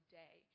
day